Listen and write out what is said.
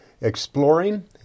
exploring